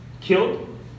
killed